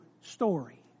story